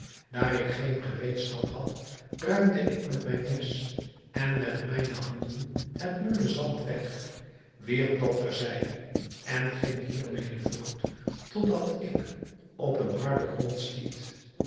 daar ik geen gereedschap had ruimde ik met mijn mes en met mijne handen het mulle zand weg wierp dat ter zijde en ging hiermede voort tot dat ik op een harden grond stiet